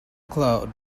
cloud